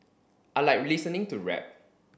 I like listening to rap